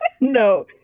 no